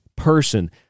person